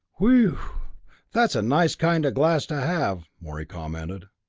whewww that's a nice kind of glass to have! morey commented.